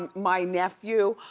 um my nephew,